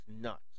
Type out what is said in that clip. nuts